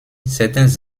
certains